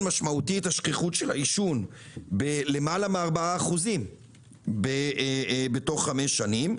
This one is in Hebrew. משמעותי את שכיחות העישון למעלה מ-4% בתוך חמש שנים.